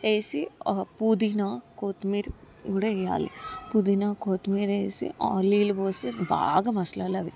వేసి పుదీనా కొత్తిమీర కూడా వేయాలి పుదీనా కొత్తిమీర వేసి ఆయిల్ నీళ్లు పోసి బాగా మసలాలవి